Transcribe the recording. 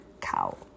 cow